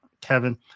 Kevin